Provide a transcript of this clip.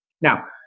Now